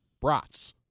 brats